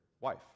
wife